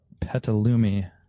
Petalumi